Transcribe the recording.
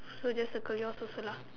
so just circle yours also lah